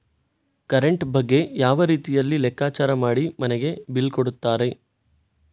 Current ಬಗ್ಗೆ ಯಾವ ರೀತಿಯಲ್ಲಿ ಲೆಕ್ಕಚಾರ ಮಾಡಿ ಮನೆಗೆ ಬಿಲ್ ಕೊಡುತ್ತಾರೆ?